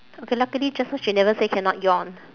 okay luckily just now she never say cannot yawn